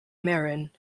marin